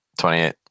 28